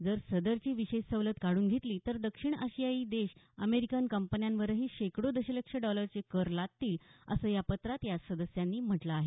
जर सदरची विशेष सवलत काढून घेतली तर दक्षिण आशियायी देश अमेरिकन कंपन्यांवरही शेकडो दशलक्ष डॉलरचे कर लादतील असं या पत्रात या सदस्यांनी म्हटलं आहे